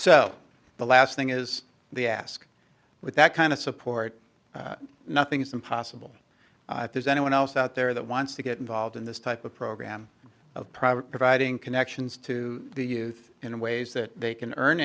so the last thing is they ask with that kind of support nothing's impossible if there's anyone else out there that wants to get involved in this type of program of private providing connections to the youth in ways that they can earn